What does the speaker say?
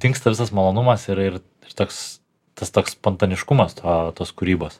dingsta visas malonumas ir ir toks tas toks spontaniškumas to tos kūrybos